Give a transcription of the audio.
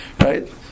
right